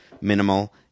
minimal